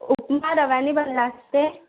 उपमा रव्याने बनला असते